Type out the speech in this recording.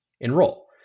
enroll